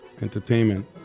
Entertainment